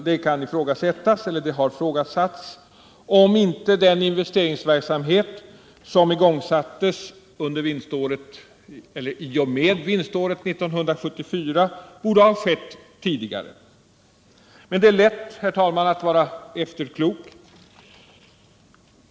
Det har också ifrågasatts om inte den investeringsverksamhet som igångsattes i och med vinståret 1974 borde ha skett tidigare. Men det är lätt, herr talman, att vara efterklok.